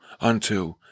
unto